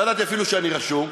לא ידעתי אפילו שאני רשום.